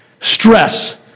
stress